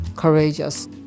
Courageous